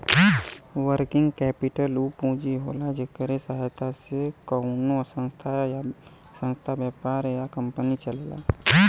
working capital उ पूंजी होला जेकरे सहायता से कउनो संस्था व्यापार या कंपनी चलेला